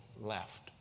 left